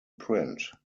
print